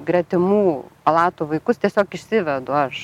gretimų palatų vaikus tiesiog išsivedu aš